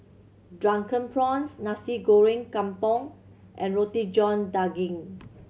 Drunken Prawns Nasi Goreng Kampung and Roti John Daging